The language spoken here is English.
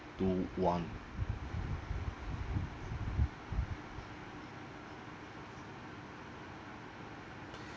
two one